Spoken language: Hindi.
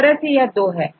इस तरह से यह दो हैं